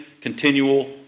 continual